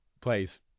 Please